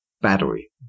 battery